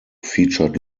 featured